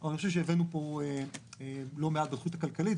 אבל אני חושב שהבאנו פה לא מעט בתוכנית הכלכלית,